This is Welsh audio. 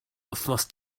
wythnos